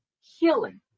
healing